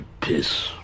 piss